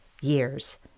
years